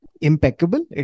impeccable